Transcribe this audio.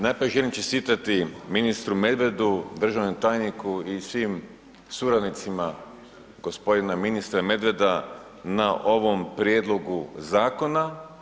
Najprije želim čestitati ministru Medvedu, državnom tajniku i svim suradnicima g. ministra Medveda na ovom prijedlogu zakona.